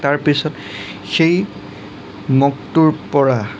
তাৰ পিছত সেই মগটোৰ পৰা